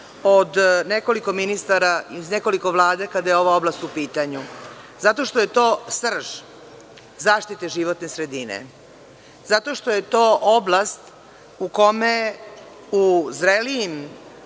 od nekoliko ministara, iz nekoliko vlada, kada je ova oblast u pitanju? Zato što je to srž zaštite životne sredine. Zato što je to oblast u kojoj, u zrelijim